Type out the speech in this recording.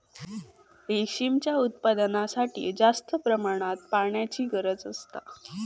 रेशीमच्या उत्पादनासाठी जास्त प्रमाणात पाण्याची गरज असता